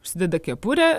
užsideda kepurę